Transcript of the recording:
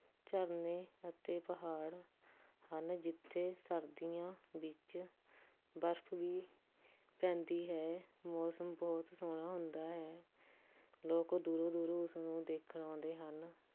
ਝਰਨੇ ਅਤੇ ਪਹਾੜ ਹਨ ਜਿੱਥੇ ਸਰਦੀਆਂ ਵਿੱਚ ਬਰਫ ਵੀ ਪੈਂਦੀ ਹੈ ਮੌਸਮ ਬਹੁਤ ਸੋਹਣਾ ਹੁੰਦਾ ਹੈ ਲੋਕ ਦੂਰੋਂ ਦੂਰੋਂ ਉਸਨੂੰ ਦੇਖਣ ਆਉਂਦੇ ਹਨ